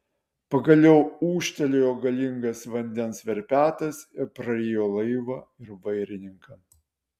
pagaliau ūžtelėjo galingas vandens verpetas ir prarijo laivą ir vairininką